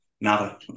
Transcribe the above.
nada